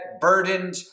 burdened